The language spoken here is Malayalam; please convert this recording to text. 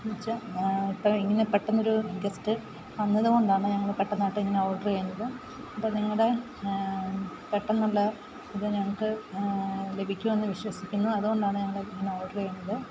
എന്നു വച്ചാൽ ഇപ്പോൾ ഇങ്ങനെ പെട്ടെന്നൊരു ഗസ്റ്റ് വന്നതുകൊണ്ടാണ് ഞങ്ങൾ പെട്ടെന്നായിട്ട് ഇങ്ങനെ ഓഡർ ചെയ്യുന്നത് അപ്പം നിങ്ങളുടെ പെട്ടെന്നുള്ള ഇത് ഞങ്ങൾക്ക് ലഭിക്കുമെന്ന് വിശ്വസിക്കുന്നു അതുകൊണ്ടാണ് ഞങ്ങൾ ഇങ്ങനെ ഓഡർ ചെയ്യുന്നത്